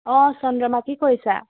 অ' চন্দ্ৰমা কি কৰিছা